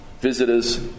visitors